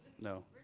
No